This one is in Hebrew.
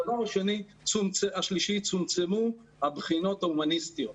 הדבר השלישי, צומצמו הבחינות ההומניסטיות.